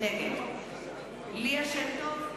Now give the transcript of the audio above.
נגד ליה שמטוב,